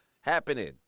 happening